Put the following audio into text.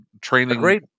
training